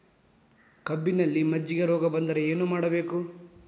ಕಬ್ಬಿನಲ್ಲಿ ಮಜ್ಜಿಗೆ ರೋಗ ಬಂದರೆ ಏನು ಮಾಡಬೇಕು?